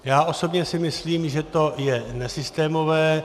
Já osobně si myslím, že to je nesystémové.